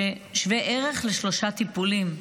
שווה ערך לשלושה טיפולים.